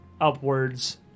upwards